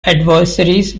adversaries